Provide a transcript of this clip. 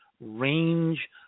range